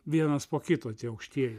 vienas po kito tie aukštieji